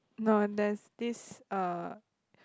no there's this err